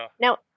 Now